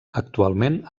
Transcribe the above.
actualment